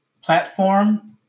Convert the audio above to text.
platform